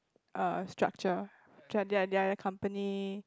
err structure the other company